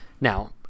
Now